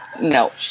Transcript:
no